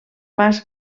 pas